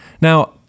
Now